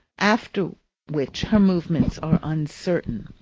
after which her movements are uncertain.